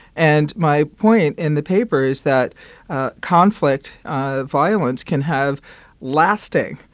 and my point in the paper is that ah conflict, ah violence can have lasting,